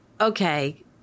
okay